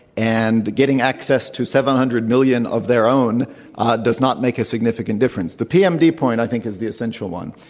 and getting access to seven hundred million of their own does not make a significant difference. the pm d point i think is the essential one.